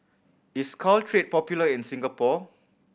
is Caltrate popular in Singapore